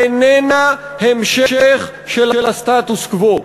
איננה המשך של הסטטוס-קוו.